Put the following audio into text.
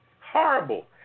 horrible